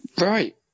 Right